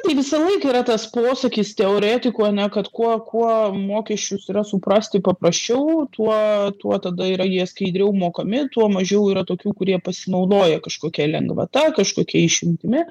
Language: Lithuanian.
tai visąlaik yra tas posakis teoretikų ane kad kuo kuo mokesčius yra suprasti paprasčiau tuo tuo tada jie skaidriau mokami tuo mažiau yra tokių kurie pasinaudoja kažkokia lengvata kažkokia išimtimi